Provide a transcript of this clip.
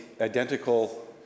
identical